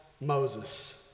Moses